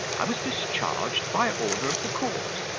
i was discharged by order of the court.